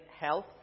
health